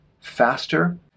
faster